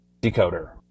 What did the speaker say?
decoder